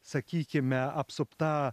sakykime apsupta